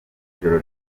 ijoro